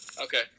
Okay